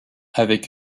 avec